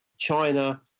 China